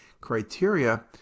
criteria